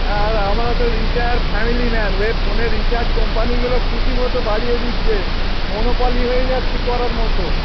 আর আমরা তো retire family man ওই ফোনের রিচার্জ কোম্পানিগুলো খুশি মতো বাড়িয়ে দিচ্ছে মোনোপলি হয়ে যাচ্ছে করার মতো